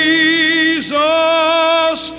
Jesus